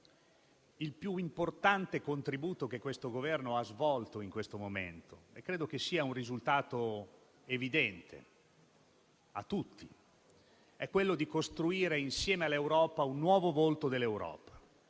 Il più importante contributo che il Governo ha dato in questo momento - ed è un risultato evidente a tutti - è stato quello di costruire insieme all'Europa un nuovo volto dell'Europa.